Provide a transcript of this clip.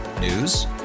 News